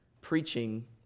preaching